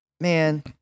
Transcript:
Man